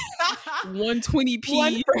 120p